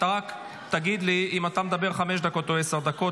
ורק תגיד לי אם אתה מדבר חמש דקות או עשר דקות,